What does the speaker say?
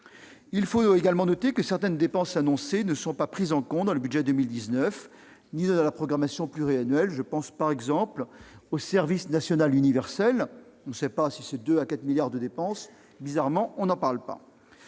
aussi de noter que certaines dépenses annoncées ne sont pas prises en compte dans le budget de 2019 ni dans la programmation pluriannuelle. Ainsi en est-il du service national universel : on ne sait pas si c'est 2 milliards ou 4 milliards d'euros de dépenses. Bizarrement, on n'en parle pas.